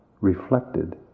reflected